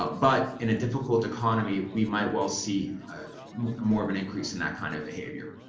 but but in a difficult economy, we might well see more of an increase in that kind of behavior.